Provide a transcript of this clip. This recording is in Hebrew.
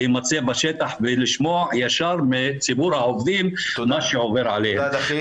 להימצא בשטח ולשמוע ישר מציבור העובדים על מה שעובר עליהם.